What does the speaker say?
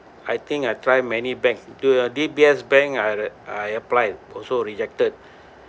I think I try many banks to the D_B_S bank I I applied also rejected